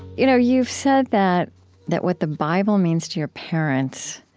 you know, you've said that that what the bible means to your parents,